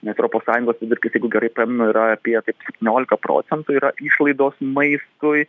nes europos sąjungos vidurkis jeigu gerai pamenu yra apie septyniolika procentų yra išlaidos maistui